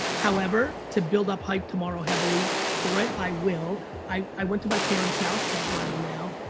however, to build up hype tomorrow heavily for it, i will. i went to my parents' house, that's where i am now,